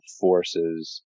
forces